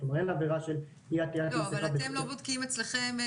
לא, אבל אתם לא בודקים אצלכם?